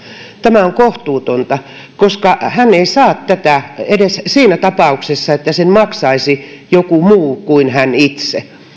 tämä on kohtuutonta koska hän ei saa sitä edes siinä tapauksessa että sen maksaisi joku muu kuin hän itse